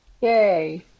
Yay